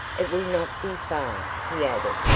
it will not be far, he added,